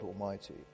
Almighty